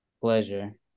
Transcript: pleasure